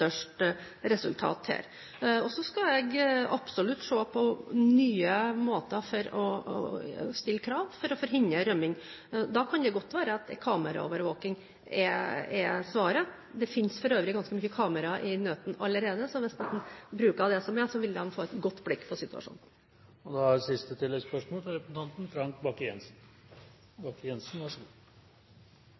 resultat her. Så skal jeg absolutt se på nye måter å stille krav på for å forhindre rømning. Da kan det godt være at kameraovervåking er svaret. Det finnes for øvrig ganske mye kamera i nøtene allerede, så hvis man kunne bruke det som er, ville man få et godt blikk på situasjonen. Frank Bakke-Jensen – til siste